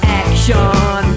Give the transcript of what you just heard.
action